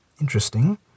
Interesting